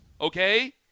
Okay